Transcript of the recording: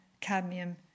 cadmium